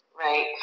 Right